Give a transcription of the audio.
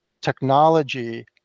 technology